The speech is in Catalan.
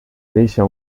deixa